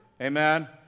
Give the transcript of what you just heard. Amen